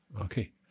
Okay